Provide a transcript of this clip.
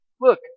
Look